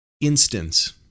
instance